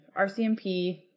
RCMP